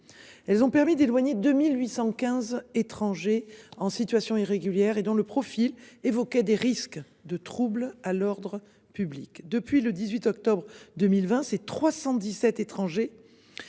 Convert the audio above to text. Elles ont permis d'éloigner de 1815 étrangers en situation irrégulière et dont le profil évoquait des risques de troubles à l'ordre public depuis le 18 octobre 2020, c'est 317 étrangers